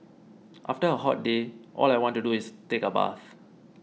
after a hot day all I want to do is take a bath